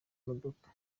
modoka